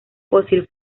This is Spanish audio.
fósil